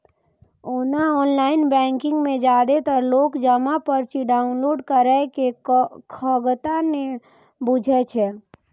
ओना online banking मे जादेतर लोक जमा पर्ची डॉउनलोड करै के खगता नै बुझै छै